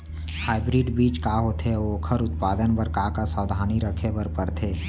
Hybrid बीज का होथे अऊ ओखर उत्पादन बर का का सावधानी रखे बर परथे?